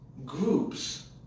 groups